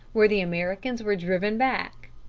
where the americans were driven back,